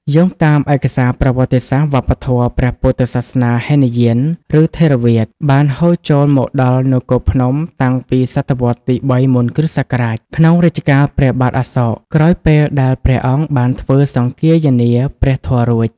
យោងតាមឯកសារប្រវត្តិសាស្ត្រ វប្បធម៌ព្រះពុទ្ធសាសនាហីនយាន ឬថេរវាទ បានហូរចូលមកដល់ នគរភ្នំ តាំងពីសតវត្សរ៍ទី ៣ មុនគ.ស. ក្នុងរជ្ជកាលព្រះបាទអសោក ក្រោយពេលដែលព្រះអង្គបានធ្វើសង្គាយនាព្រះធម៌រួច។